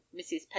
mrs